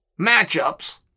matchups